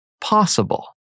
possible